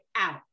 out